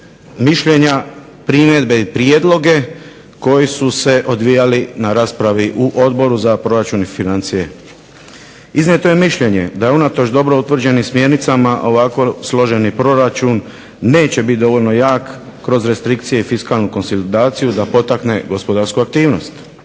mišljenja, primjedbe i prijedloge koji su se odvijali na raspravi u Odboru za financije i državni proračun. Iznijeto je mišljenje da je unatoč dobro utvrđenim smjernicama ovako složeni proračun neće biti dovoljno jak kroz restrikcije i fiskalnu konsolidaciju da potakne gospodarsku aktivnost.